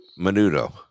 menudo